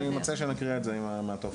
אני מציע שנקריא את זה מהטופס.